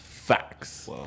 Facts